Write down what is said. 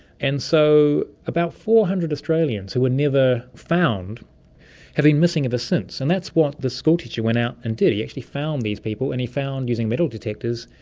and so about four hundred australians who were never found have been missing ever since. and that's what the school teacher went out and did, he actually found these people and he found, using metal detectors,